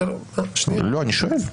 אני שואל,